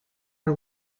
are